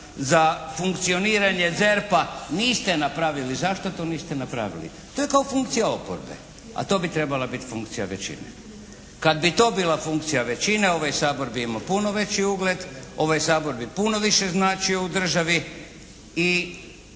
za funkcioniranje ZERP-a? Niste napravili. Zašto to niste napravili? To je kao funkcija oporbe. A to bi trebala biti funkcija većine. Kad bi to bila funkcija većine, ovaj Sabor bi imao puno veći ugled, ovaj Sabor bi puno više značio u državi,